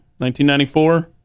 1994